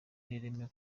n’ireme